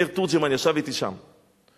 מאיר תורג'מן ישב אתי שם בלשכה.